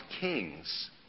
kings